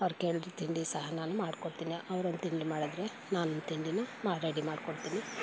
ಅವ್ರು ಕೇಳಿದ ತಿಂಡಿ ಸಹ ನಾನು ಮಾಡ್ಕೊಡ್ತೀನಿ ಅವರು ಒಂದು ತಿಂಡಿ ಮಾಡಿದರೆ ನಾನೊಂದು ತಿಂಡಿನ ಮಾಡಿ ರೆಡಿ ಮಾಡ್ಕೊಡ್ತೀನಿ